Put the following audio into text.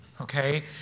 Okay